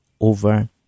over